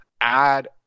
add